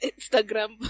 Instagram